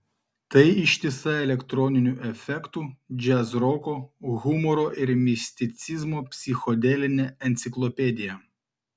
tai ištisa elektroninių efektų džiazroko humoro ir misticizmo psichodelinė enciklopedija